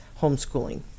homeschooling